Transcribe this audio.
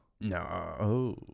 No